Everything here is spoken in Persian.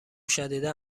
شدیدا